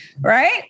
right